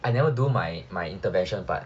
I never do my my intervention part